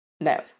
no